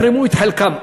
יתרמו את חלקם,